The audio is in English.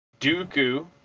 Dooku